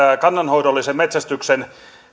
kannanhoidollisen metsästyksen